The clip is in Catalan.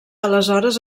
aleshores